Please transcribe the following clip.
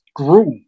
grew